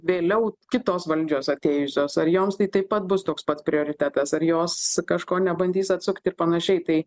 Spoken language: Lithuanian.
vėliau kitos valdžios atėjusios ar joms tai taip pat bus toks pat prioritetas ar jos kažko nebandys atsukt ir panašiai tai